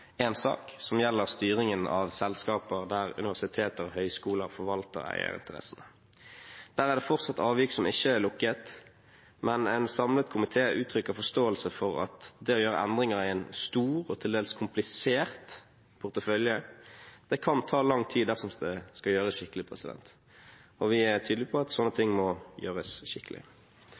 sak, som gjelder styringen av selskaper der universiteter og høyskoler forvalter eierinteressen. Der er det fortsatt avvik som ikke er lukket, men en samlet komité uttrykker forståelse for at det å gjøre endringer er en stor og til dels komplisert portefølje. Det kan ta lang tid dersom det skal gjøres skikkelig. Vi er tydelige på at sånne ting må gjøres skikkelig.